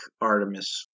Artemis